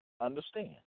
understand